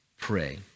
pray